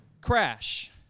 crash